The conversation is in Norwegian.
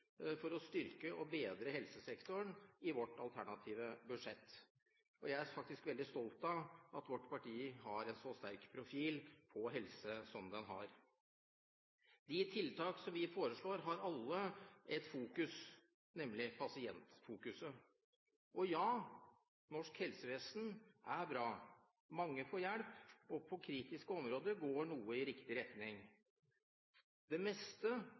for å styrke og bedre helsesektoren i vårt alternative budsjett, og jeg er faktisk veldig stolt av at vårt parti har en så sterk profil på helse som det har. De tiltak som vi foreslår, har alle ett fokus, nemlig pasientfokuset. Og ja, norsk helsevesen er bra, mange får hjelp, og på kritiske områder går noe i riktig retning. Det meste